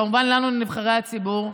וכמובן אלינו, נבחרי הציבור.